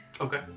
Okay